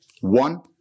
One